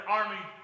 army